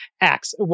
acts